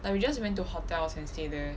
like we just went to hotels and stay there